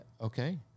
Okay